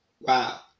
Wow